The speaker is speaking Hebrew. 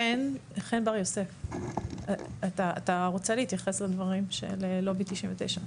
חן בר יוסף, אתה רוצה להתייחס לדברים של לובי 99?